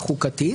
החוקתית